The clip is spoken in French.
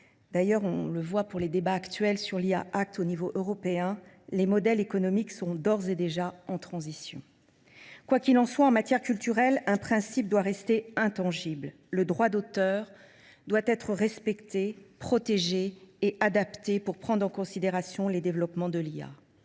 dans le cadre des débats auxquels donne lieu l’ à l’échelon européen –, les modèles économiques sont d’ores et déjà en transition. Quoi qu’il en soit, en matière culturelle, un principe doit rester intangible : le droit d’auteur doit être respecté, protégé et adapté pour prendre en considération les développements de l’IA.